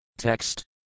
Text